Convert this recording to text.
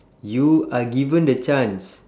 you are given the chance